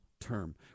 term